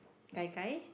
Gai Gai